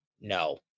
no